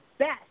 best